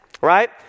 right